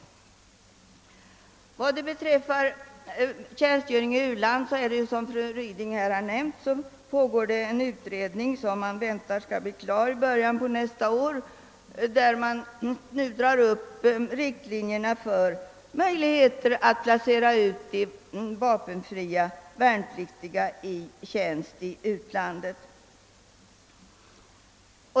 Som fru Ryding här har nämnt väntar man att en pågående utredning, som skall bli klar i början av nästa år, skall dra upp riktlinjer beträffande möjligheterna att placera vapenfria värnpliktiga i tjänstgöring i u-land.